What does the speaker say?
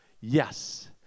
Yes